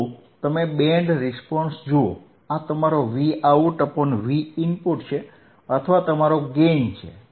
તો તમે band response જુઓ આ તમારો VoutVin અથવા તમારો ગેઇન છે